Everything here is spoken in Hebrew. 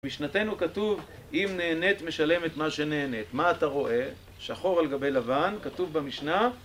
משנתנו כתוב, אם נהנית משלם את מה שנהנית. מה אתה רואה? שחור על גבי לבן, כתוב במשנה